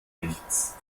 nichts